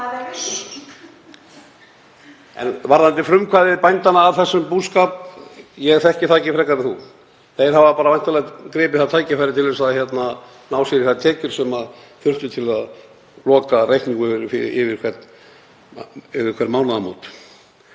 En varðandi frumkvæði bændanna að þessum búskap — ég þekki það ekki frekar en þú. Þeir hafa væntanlega gripið það tækifæri til að ná sér í þær tekjur sem þurfti til að loka reikningum um hver mánaðamót.